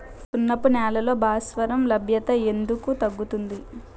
సున్నపు నేలల్లో భాస్వరం లభ్యత ఎందుకు తగ్గుతుంది?